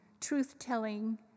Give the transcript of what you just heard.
truth-telling